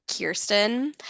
Kirsten